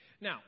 Now